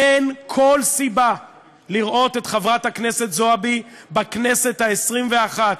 אין כל סיבה לראות את חברת הכנסת זועבי בכנסת העשרים-ואחת.